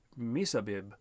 Misabib